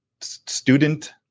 student